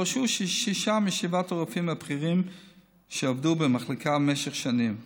פרשו שישה משבעת הרופאים הבכירים שעבדו במשך שנים במחלקה,